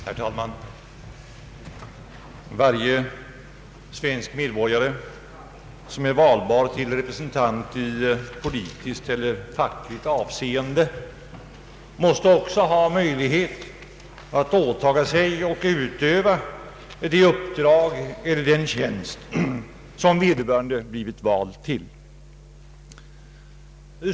Herr talman! Varje svensk medborgare, som är valbar i politiskt eller fackligt sammanhang, måste också ha möjlighet att åtaga sig och utöva det uppdrag eller den tjänst som vederbörande har blivit vald till.